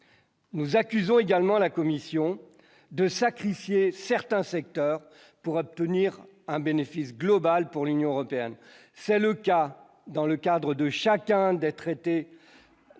nous accusons également à la commission de sacrifier certains secteurs pourra tenir un bénéfice global pour l'Union européenne, c'est le cas dans le cadre de chacun d'être traités